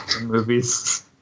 Movies